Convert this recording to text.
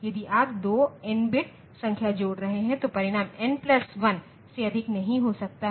यदि आप 2 n bit संख्या जोड़ रहे हैं तो परिणाम n प्लस 1 बिट से अधिक नहीं हो सकता है